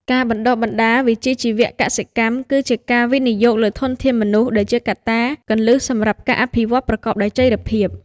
ការបណ្តុះបណ្តាលវិជ្ជាជីវៈកសិកម្មគឺជាការវិនិយោគលើធនធានមនុស្សដែលជាកត្តាគន្លឹះសម្រាប់ការអភិវឌ្ឍប្រកបដោយចីរភាព។